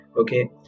Okay